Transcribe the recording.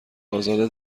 ازاده